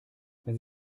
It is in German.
wenn